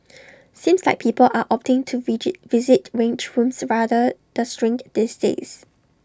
seems like people are opting to visit rage rooms rather the shrink these days